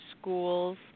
schools